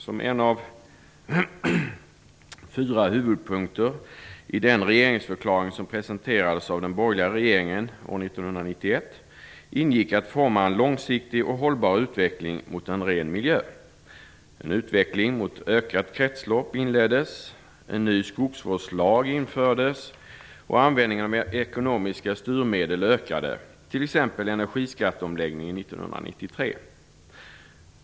Som en av fyra huvudpunkter i den regeringsförklaring som presenterades av den borgerliga regeringen 1991 ingick att forma en långsiktig och hållbar utveckling mot en ren miljö. En utveckling mot ökat kretslopp inleddes, en ny skogsvårdslag infördes och användningen av ekonomiska styrmedel ökade, t.ex. energiskatteomläggningen 1993.